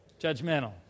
judgmental